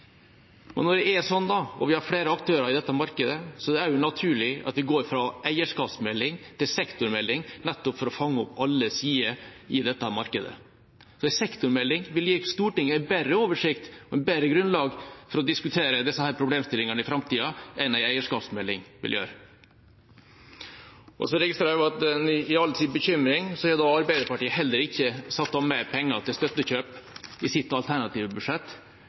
når det er slik at vi har flere aktører i dette markedet, er det også naturlig at vi går fra eierskapsmelding til sektormelding, nettopp for å fange opp alle sider i dette markedet. En sektormelding vil gi Stortinget en bedre oversikt og et bedre grunnlag for å diskutere disse problemstillingene i framtiden enn en eierskapsmelding vil gjøre. Så registrerer jeg også at i all sin bekymring har Arbeiderpartiet heller ikke satt av mer penger til støttekjøp i sitt alternative budsjett.